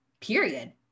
period